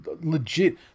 Legit